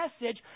message